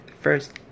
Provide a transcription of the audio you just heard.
first